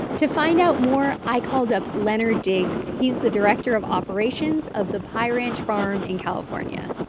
to find out more, i called up leonard diggs. he's the director of operations of the pie ranch farm in california.